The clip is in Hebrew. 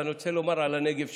אבל אני רוצה לומר על הנגב שלי,